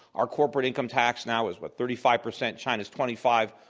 our corporate income tax now is, what, thirty five percent, china's twenty five,